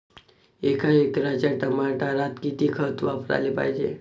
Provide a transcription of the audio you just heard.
एका एकराच्या टमाटरात किती खत वापराले पायजे?